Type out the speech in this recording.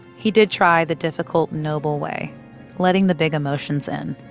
he did try the difficult, noble way letting the big emotions in.